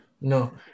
no